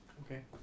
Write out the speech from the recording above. Okay